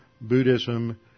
Buddhism